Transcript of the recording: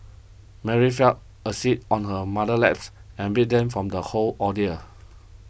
Mary fell asleep on her mother's laps and beat them from the whole ordeal